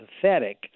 pathetic